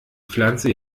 pflanze